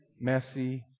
messy